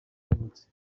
yavutse